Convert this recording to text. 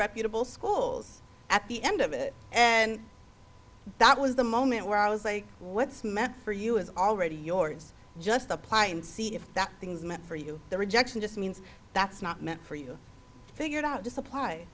reputable schools at the end of it and that was the moment where i was like what's meant for you is already yours just apply and see if that things meant for you the rejection just means that's not meant for you figured out to supply